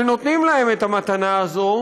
ונותנים להם את המתנה הזאת